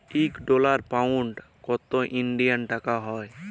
ইক dollar, pound কত ইলডিয়াল টাকা হ্যয়